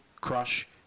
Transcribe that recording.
Crush